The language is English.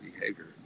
behavior